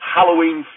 Halloween